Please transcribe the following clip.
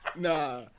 Nah